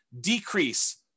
decrease